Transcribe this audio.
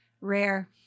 Rare